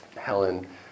Helen